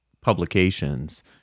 publications